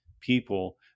people